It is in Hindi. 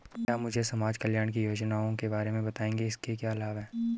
क्या मुझे समाज कल्याण की योजनाओं के बारे में बताएँगे इसके क्या लाभ हैं?